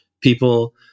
people